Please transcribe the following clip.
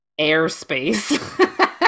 airspace